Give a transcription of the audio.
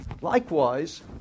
Likewise